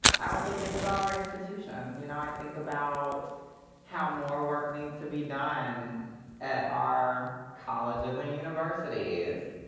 i also think about our institutions. you know, i think about how more work needs to be done at our colleges and universities,